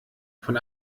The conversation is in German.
von